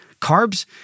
Carbs